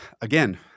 Again